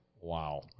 Wow